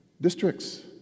districts